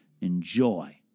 Enjoy